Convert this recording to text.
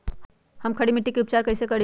हम खड़ी मिट्टी के उपचार कईसे करी?